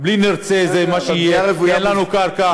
אם נרצה, זה מה שיהיה, כי אין לנו קרקע.